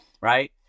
Right